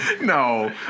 No